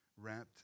wrapped